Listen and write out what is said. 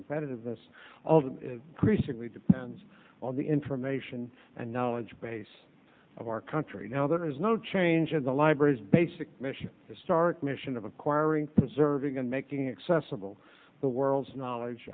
competitiveness all the creasing we depends on the information and knowledge base of our country now there is no change in the library's basic mission historic mission of acquiring preserving and making accessible the world's knowledge